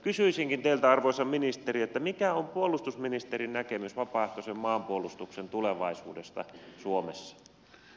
kysyisinkin teiltä arvoisa ministeri mikä on puolustusministerin näkemys vapaaehtoisen maanpuolustuksen tulevaisuudesta suomessa